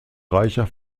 reicher